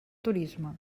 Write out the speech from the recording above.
turisme